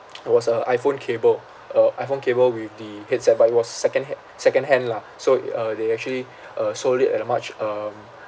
it was a iphone cable uh iphone cable with the headset but it was secondha~ secondhand lah so uh they actually uh sold it at a much um